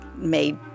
made